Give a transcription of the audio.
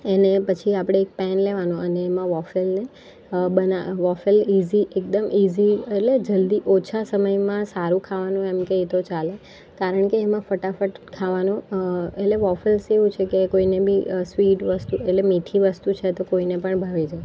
એને પછી આપળે એક પેન લેવાનું અને એમાં વોંફેલને વોફેલ ઇઝી એકદમ ઇઝી એટલે જલ્દી ઓછા સમયમાં સારું ખાવાનું એમ કહીએ તો ચાલે કારણ કે એમાં ફટાફટ ખાવાનું એટલે વોફેલ્સ એવું છે કે કોઈને બી સ્વીટ વસ્તુ એટલે મીઠી વસ્તુ છે તો કોઈને પણ ભાવી જાય